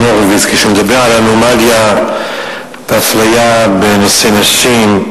הורוביץ כשהוא מדבר על אנומליה ואפליה בנושא נשים,